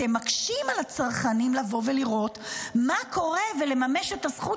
אתם מקשים על הצרכנים לבוא ולראות ומה קורה לממש את הזכות